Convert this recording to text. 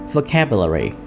Vocabulary